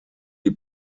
die